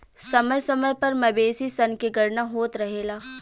समय समय पर मवेशी सन के गणना होत रहेला